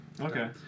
Okay